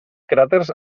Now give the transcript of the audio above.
cràters